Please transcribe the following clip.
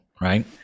right